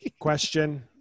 Question